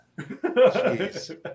Jeez